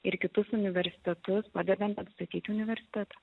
ir kitus universitetus padedant atstatyti universitetą